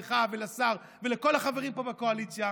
לך ולשר ולכל החברים פה בקואליציה,